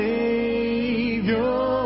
Savior